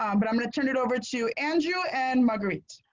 um but i'm going to turn it over to andrew and margaret.